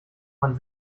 man